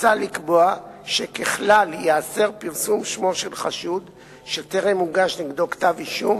מוצע לקבוע שככלל ייאסר פרסום שמו של חשוד שטרם הוגש נגדו כתב-אישום